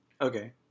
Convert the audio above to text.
Okay